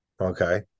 okay